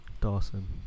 Dawson